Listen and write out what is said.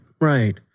right